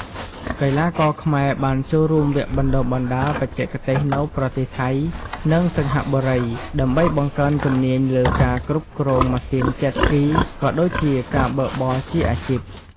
កីឡាករខ្មែរបានចូលរួមវគ្គបណ្តុះបណ្តាលបច្ចេកទេសនៅប្រទេសថៃ និងសិង្ហបុរី ដើម្បីបង្កើនជំនាញលើការគ្រប់គ្រងម៉ាស៊ីន Jet Ski ក៏ដូចជាការបើកបរជាអាជីព។